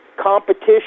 competition